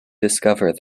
discover